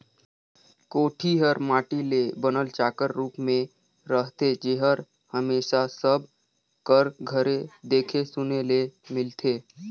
कोठी हर माटी ले बनल चाकर रूप मे रहथे जेहर हमेसा सब कर घरे देखे सुने ले मिलथे